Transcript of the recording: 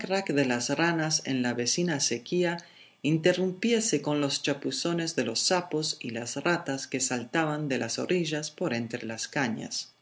de las ranas en la vecina acequia interrumpíase con los chapuzones de los sapos y las ratas que saltaban de las orillas por entre las cañas snto contaba las